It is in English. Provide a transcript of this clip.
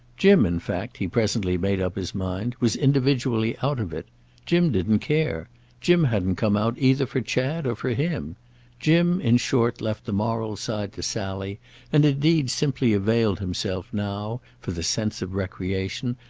jim in fact, he presently made up his mind, was individually out of it jim didn't care jim hadn't come out either for chad or for him jim in short left the moral side to sally and indeed simply availed himself now, for the sense of recreation,